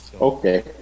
Okay